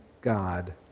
God